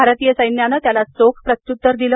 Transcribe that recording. भारतीय सैन्यानं त्याला चोख उत्तर दिलं